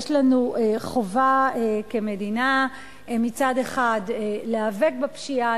יש לנו חובה כמדינה להיאבק בפשיעה,